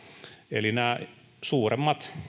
eli nämä suuremmat